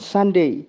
Sunday